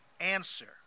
answer